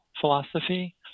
philosophy